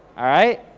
alright,